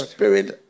Spirit